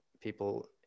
people